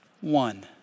One